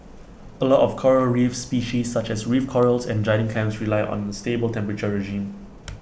A lot of Coral reef species such as reef corals and giant clams rely on A stable temperature regime